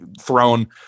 thrown